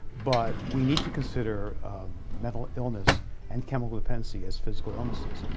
but we need to consider mental illness and chemical dependency as physical illnesses.